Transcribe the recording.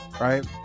right